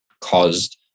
caused